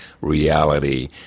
reality